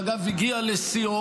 שאגב, הגיע לשיאו.